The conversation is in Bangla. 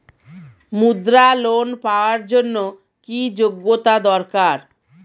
মুদ্রা লোন পাওয়ার জন্য কি যোগ্যতা দরকার?